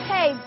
Hey